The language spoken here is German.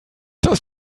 das